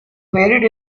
varied